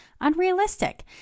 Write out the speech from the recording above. unrealistic